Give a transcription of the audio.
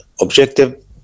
objective